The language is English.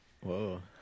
Whoa